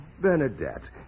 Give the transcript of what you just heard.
Bernadette